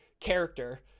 character